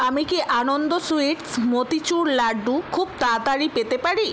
আমি কি আনন্দ সুইটস মোতিচুর লাড্ডু খুব তাড়াতাড়ি পেতে পারি